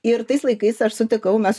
ir tais laikais aš sutikau mes